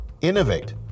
innovate